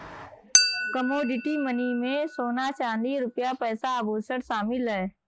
commodity money में सोना चांदी रुपया पैसा आभुषण शामिल है